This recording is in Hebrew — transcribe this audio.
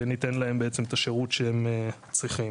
וניתן להם בעצם את השירות שהם צריכים.